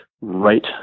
right